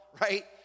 right